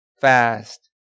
fast